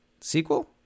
sequel